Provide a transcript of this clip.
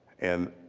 and